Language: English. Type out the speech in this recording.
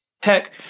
Tech